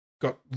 got